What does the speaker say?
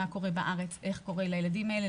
מה קורה בארץ לילדים האלה,